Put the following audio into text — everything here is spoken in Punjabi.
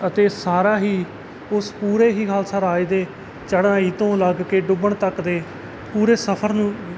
ਅਤੇ ਸਾਰਾ ਹੀ ਉਸ ਪੂਰੇ ਹੀ ਖਾਲਸਾ ਰਾਜ ਦੇ ਚੜ੍ਹਾਈ ਤੋਂ ਲੱਗ ਕੇ ਡੁੱਬਣ ਤੱਕ ਦੇ ਪੂਰੇ ਸਫਰ ਨੂੰ